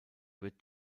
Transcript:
wird